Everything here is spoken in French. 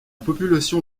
population